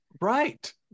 Right